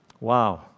Wow